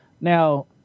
Now